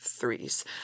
threes